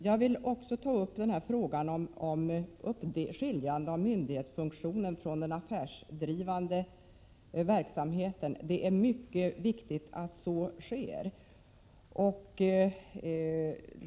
Jag vill också ta upp frågan om skiljande av myndighetsfunktionen från den affärsdrivande verksamheten. Det är mycket viktigt att så sker.